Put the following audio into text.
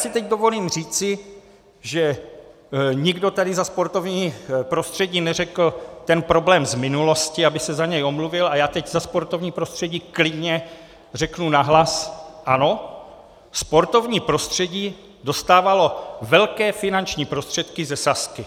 A já si teď dovolím říci, že nikdo tady za sportovní prostředí neřekl ten problém z minulosti, aby se za něj omluvil, a já teď za sportovní prostředí klidně řeknu nahlas: Ano, sportovní prostředí dostávalo velké finanční prostředky ze Sazky.